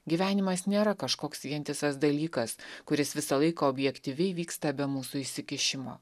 gyvenimas nėra kažkoks vientisas dalykas kuris visą laiką objektyviai vyksta be mūsų įsikišimo